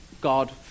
God